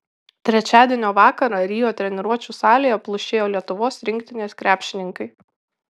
trečiadienio vakarą rio treniruočių salėje plušėjo lietuvos rinktinės krepšininkai